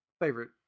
favorite